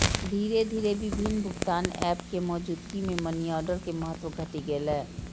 धीरे धीरे विभिन्न भुगतान एप के मौजूदगी मे मनीऑर्डर के महत्व घटि गेलै